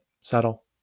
settle